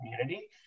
community